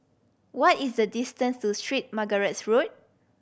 what is the distance to Street Margaret's Road